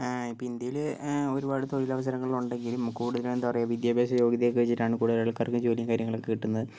ഇപ്പോൾ ഇന്ത്യയില് ഒരുപാട് തൊഴിലവസരങ്ങളുണ്ടെങ്കിലും കൂടുതലും എന്താ പറയുക വിദ്യാഭ്യാസ യോഗ്യതയൊക്കെ വെച്ചിട്ടാണ് കൂടുതൽ ആൾക്കാർക്കും ജോലിയും കാര്യങ്ങളും ഒക്കെ കിട്ടുന്നത്